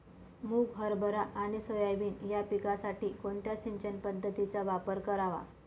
मुग, हरभरा आणि सोयाबीन या पिकासाठी कोणत्या सिंचन पद्धतीचा वापर करावा?